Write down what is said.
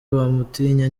bamutinya